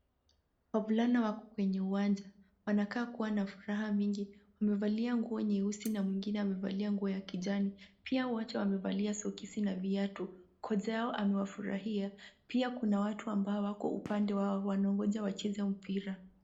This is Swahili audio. Wavulana wako kwenye uwanja, wanakaa kuwa na furaha nyingi. Wamevalia nguo nyeusi na mwingine amevalia nguo ya kijani. Pia wote wamevalia soksi na viatu, kocha wao amewafurahia, pia kuna watu ambao wako upande wao wanangoja wacheze mpira.